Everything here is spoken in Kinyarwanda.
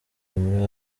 muri